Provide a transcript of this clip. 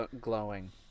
glowing